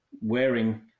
wearing